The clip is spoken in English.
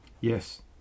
Yes